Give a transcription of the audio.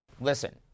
Listen